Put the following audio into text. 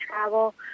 travel